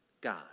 God